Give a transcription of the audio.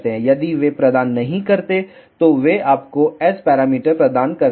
यदि वे प्रदान नहीं करते हैं तो वे आपको S पैरामीटर प्रदान करते हैं